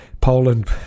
Poland